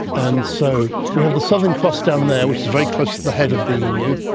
and so we have the southern cross down there, which is very close to the head of the emu.